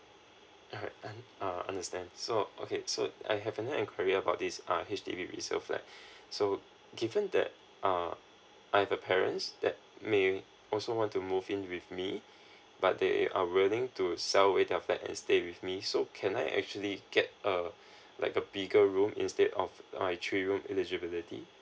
alright err uh understand so okay so I have another inquiry about this err H_D_B resale flat so given that uh I've a parents that near also want to move in with me but they are willing to sell their flat and stay with me so can I actually get uh like a bigger room instead of three rooms eligibility